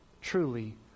truly